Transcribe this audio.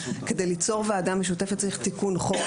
כדי ליצור ועדה משותפת דרוש תיקון חוק,